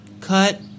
cut